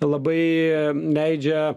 labai leidžia